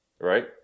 right